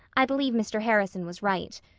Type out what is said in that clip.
i believe mr. harrison was right.